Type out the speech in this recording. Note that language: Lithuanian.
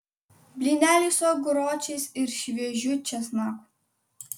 blyneliai su aguročiais ir šviežiu česnaku